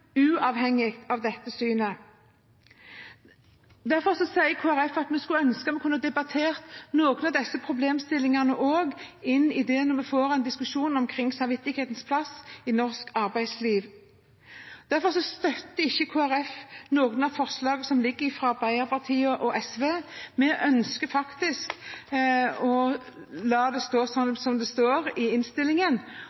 uavhengig av dette synet. Derfor sier Kristelig Folkeparti at vi skulle ønske vi kunne debattert noen av disse problemstillingene også når vi får en diskusjon omkring samvittighetens plass i norsk arbeidsliv. Derfor støtter ikke Kristelig Folkeparti noen av forslagene som foreligger fra Arbeiderpartiet og SV. Vi ønsker å la det stå sånn